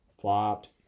Flopped